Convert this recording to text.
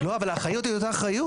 אבל האחריות היא אותה אחריות.